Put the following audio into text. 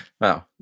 Wow